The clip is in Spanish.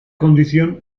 condición